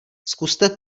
zkuste